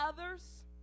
others